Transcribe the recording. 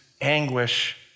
anguish